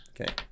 Okay